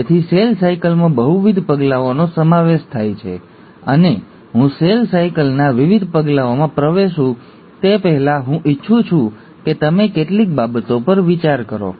તેથી સેલ સાયકલમાં બહુવિધ પગલાઓનો સમાવેશ થાય છે અને હું સેલ સાયકલના વિવિધ પગલાઓમાં પ્રવેશું તે પહેલાં હું ઇચ્છું છું કે તમે કેટલીક બાબતો પર વિચાર કરો